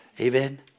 Amen